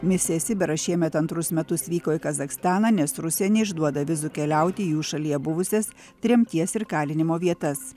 misija sibiras šiemet antrus metus vyko į kazachstaną nes rusija neišduoda vizų keliauti į jų šalyje buvusias tremties ir kalinimo vietas